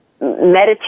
meditate